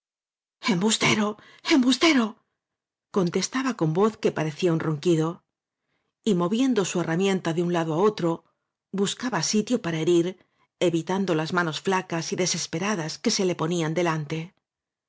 embustero embustero contestaba con voz que parecía un ronquido y moviendo su herramienta de un lado á otro buscaba sitio para herir evitando las manos flacas y desesperadas que se le ponían delante